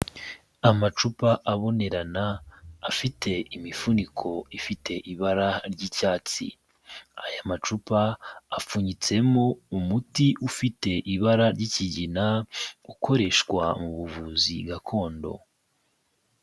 Amacupa abonerana afite imifuniko ifite ibara ry'icyatsi, aya macupa apfunyitsemo umuti ufite ibara ry'ikigina, ukoreshwa mu buvuzi gakondo.